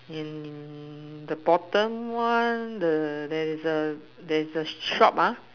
in the bottom one the there is a there is a shop ah